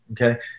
Okay